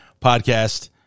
Podcast